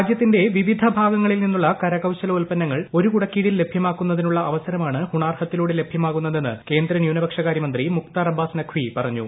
രാജ്യത്തിന്റെ വിവിധഭാഗങ്ങളിൽ നിന്നുള്ള കരകൌശല ഉൽപന്നങ്ങൾ ഒരുകുടക്കീഴിൽ ലഭ്യമാക്കുന്നതിനുള്ള അവസരമാണ് ഹുണാർ ഹത്തിലൂടെ ലഭ്യമാകുന്നതെന്ന് കേന്ദ്ര ന്യൂനപക്ഷകാര്യ മന്ത്രി മുക്താർ അബ്ബാസ് നഖ്വി പറഞ്ഞു